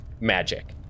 magic